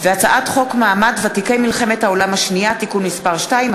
והצעת חוק מעמד ותיקי מלחמת העולם השנייה (תיקון מס' 2),